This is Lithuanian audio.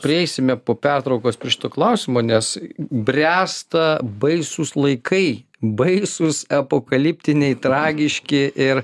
prieisime po pertraukos prie šito klausimo nes bręsta baisūs laikai baisūs apokaliptiniai tragiški ir